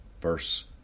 verse